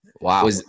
Wow